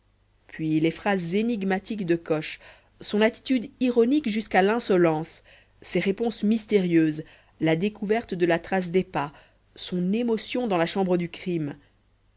puis les phrases énigmatiques de coche son attitude ironique jusqu'à l'insolence ses réponses mystérieuses la découverte de la trace des pas son émotion dans la chambre du crime